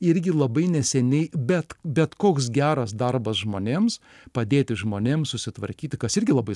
irgi labai neseniai bet bet koks geras darbas žmonėms padėti žmonėms susitvarkyti kas irgi labai